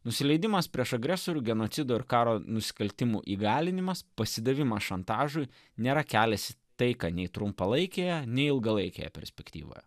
nusileidimas prieš agresorių genocido ir karo nusikaltimų įgalinimas pasidavimas šantažui nėra kelis taika nei trumpalaikėje nei ilgalaikėje perspektyvoje